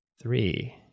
Three